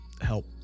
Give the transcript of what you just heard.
help